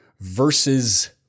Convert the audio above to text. versus